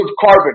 carbon